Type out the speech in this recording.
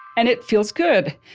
and it feels good,